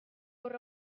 gaur